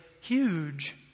huge